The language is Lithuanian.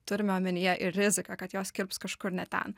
turime omenyje ir riziką kad jos kirps kažkur ne ten